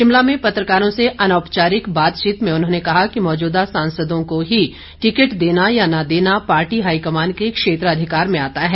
शिमला में पत्रकारों से अनौपचारिक बातचीत में उन्होंने कहा कि मौजूदा सांसदों को ही टिकट देना या न देना पार्टी हाईकमान के क्षेत्राधिकार में आता है